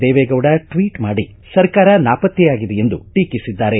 Deve Gowda tweet ಮಾಡಿ ಸರ್ಕಾರ ನಾಪತ್ತೆಯಾಗಿದೆ ಎಂದು ಟೀಕಿಸಿದ್ದಾರೆ